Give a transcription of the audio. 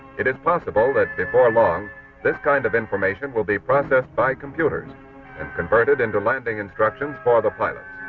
it is possible that before long this kind of information will be processed by computers and convert it into landing instructions for the pilots.